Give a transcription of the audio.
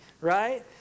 right